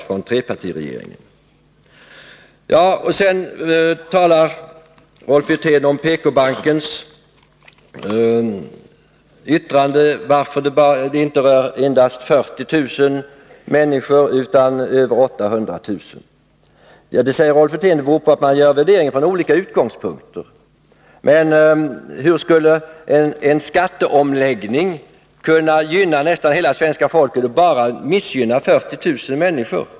Sedan talade Rolf Wirtén om PK-bankens yttrande där det sägs att skatteuppgörelsen inte rör endast 40 000 människor utan över 800 000. Skillnaden beror på, säger Rolf Wirtén, att man gör värderingen från olika utgångspunkter. Men hur skulle en skatteomläggning kunna gynna nästan hela svenska folket och missgynna bara 40 000 människor?